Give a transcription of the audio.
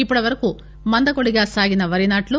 ఇప్పటివరకు మందకోడిగా సాగిన వరినాట్లు